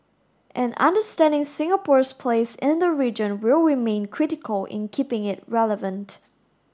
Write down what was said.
and understanding Singapore's place in the region will remain critical in keeping it relevant